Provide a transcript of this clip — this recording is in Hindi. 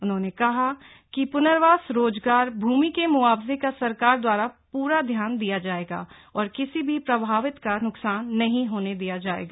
उन्होंने कहा लोगों के पुनर्वास रोजगार भूमि के मुआवजे का सरकार द्वारा पूरा ध्यान रखा जायेगा और किसी भी प्रभावित का नुकसान नहीं होने दिया जायेगा